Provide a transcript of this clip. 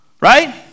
right